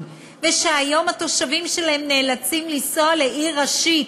ושהיום התושבים שלהן נאלצים לנסוע לעיר ראשית,